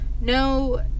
No